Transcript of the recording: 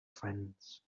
friends